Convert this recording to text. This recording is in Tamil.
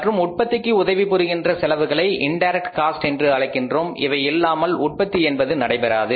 மற்றும் உற்பத்திக்கு உதவி புரிகின்ற செலவுகளை இன் டைரக்ட் காஸ்ட் என்று அழைக்கின்றோம் இவை இல்லாமலும் உற்பத்தி என்பது நடைபெறாது